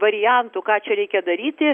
variantų ką čia reikia daryti